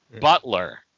Butler